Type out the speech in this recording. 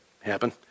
happen